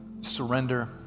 surrender